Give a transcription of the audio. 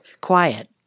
quiet